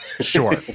sure